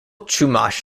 chumash